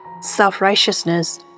self-righteousness